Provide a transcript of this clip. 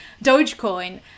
Dogecoin